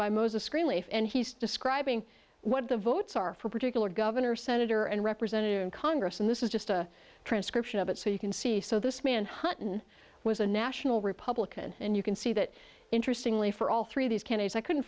scream and he's describing what the votes are for a particular governor senator and representative in congress and this is just a transcription of it so you can see so this man hutton was a national republican and you can see that interestingly for all three of these candidates i couldn't